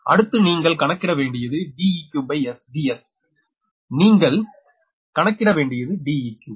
அடுத்து நீங்கள் கணக்கிட வேண்டியது DeqDs நீங்கள் கணக்கிட வேண்டியது 𝐷eq